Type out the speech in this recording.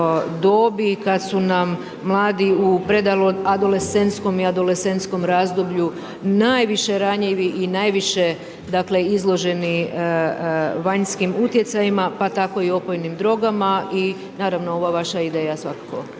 dobi kada su nam mladi u predadolescentskom i adolescentskom razdoblju najviše ranjivi i najviše dakle izloženi vanjskim utjecajima pa tako i opojnim drogama. I naravno ova vaša ideja je svakako